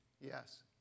yes